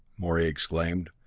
morey exclaimed.